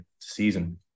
season